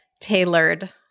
tailored